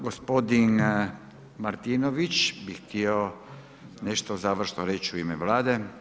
Gospodin Martinović bi htio nešto završno reći u ime Vlade.